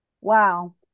Wow